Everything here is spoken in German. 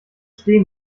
stehen